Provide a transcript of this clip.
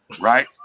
right